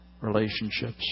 relationships